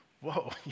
Whoa